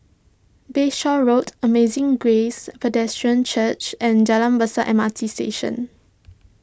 Bayshore Road Amazing Grace Presbyterian Church and Jalan Besar M R T Station